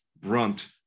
brunt